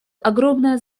огромное